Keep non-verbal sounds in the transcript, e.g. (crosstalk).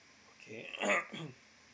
okay (coughs)